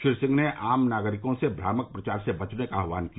श्री सिंह ने आम नागरिकों से भ्रामक प्रचार से बचने का आहवान किया